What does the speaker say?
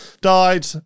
died